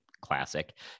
classic